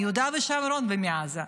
מיהודה ושומרון ומעזה.